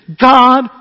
God